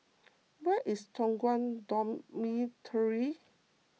where is Toh Guan Dormitory